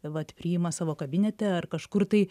vat priima savo kabinete ar kažkur tai